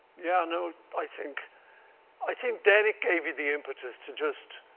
yeah no, i think i think then it gave you the impetus to just